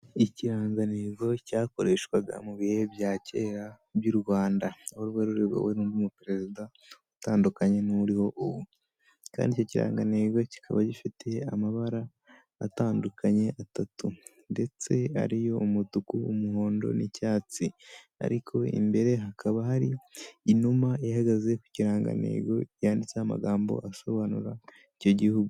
Ikirangantego cyakoreshwaga mu bihe bya kera by'u Rwanda. ubwo rwari ruyowe n'undi mu perezida utandukanye n'uriho ubu. Kandi icyo kiragantego kikaba gifite amabara atandukanye, atatu. Ndetse ariyo umutuku, umuhondo, n'icyatsi. Ariko imbere hakaba hari inuma ihagaze ku kirangantego yanditseho amagambo asobanura icyo gihugu.